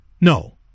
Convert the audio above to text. no